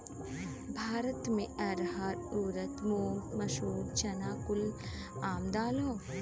भारत मे रहर ऊरद मूंग मसूरी चना कुल आम दाल हौ